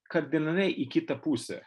kardinaliai į kitą pusę